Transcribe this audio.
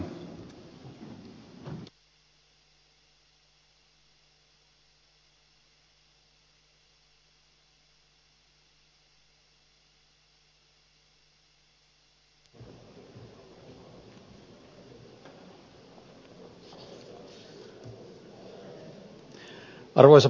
arvoisa puhemies